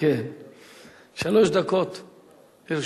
שלוש דקות לרשותך.